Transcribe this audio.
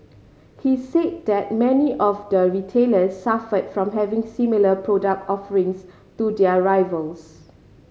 he said that many of the retailers suffered from having similar product offerings to their rivals